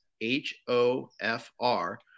H-O-F-R